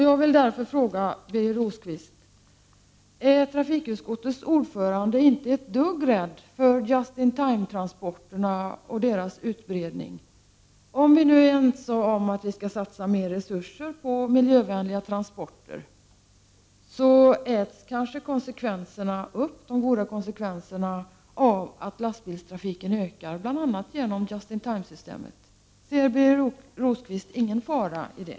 Jag vill därför fråga Birger Rosqvist: Är trafikutskottets ordförande inte det minsta rädd för ”just in time”-transporterna och deras utbredning? Vi är ense om att satsa mera resurser på miljövänliga transporter, men de goda konsekvenserna av detta äts kanske upp av att lastbilstrafiken ökar bl.a. på grund av ”just in time”-systemet. Ser Birger Rosqvist ingen fara i det?